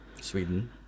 Sweden